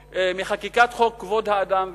מחקיקת חוק כבוד האדם וחירותו.